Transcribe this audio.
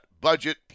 budget